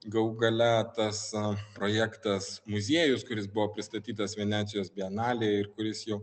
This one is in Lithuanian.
galų gale tas projektas muziejus kuris buvo pristatytas venecijos bienalėj ir kuris jau